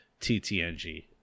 TTNG